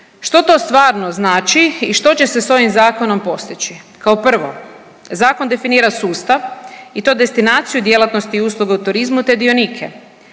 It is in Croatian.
Što to stvarno znači i što će se s ovim zakonom postići? Kao prvo, zakon definira sustav i to destinaciju djelatnosti i uslugu u turizmu te dionike.